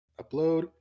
Upload